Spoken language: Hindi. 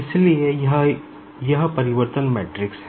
इसलिए यह ट्रांसफॉरमेशन मैट्रिक्स है